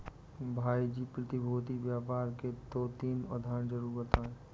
भाई जी प्रतिभूति व्यापार के दो तीन उदाहरण जरूर बताएं?